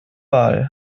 wahl